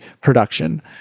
production